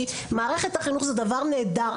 כי מערכת החינוך היא דבר נהדר,